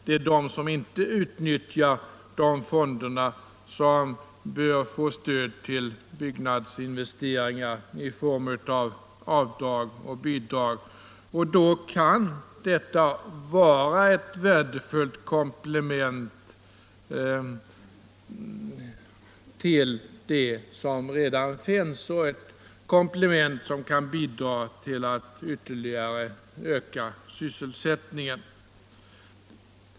Det är de som inte utnyttjar de fonderna som bör få stöd till byggnadsinvesteringar i form av avdrag och bidrag. Då kan detta vara ett värdefullt komplement till det som redan finns och ett komplement som kan bidra till att ytterligare öka sysselsättningen.